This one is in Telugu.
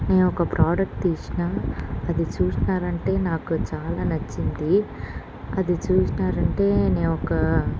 నేను ఒక ప్రోడక్ట్ తీసినా అది చూసినారంటే నాకు చాలా నచ్చింది అది చూసినారంటేనే ఒక